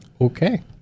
okay